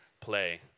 play